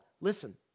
Listen